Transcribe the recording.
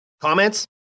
comments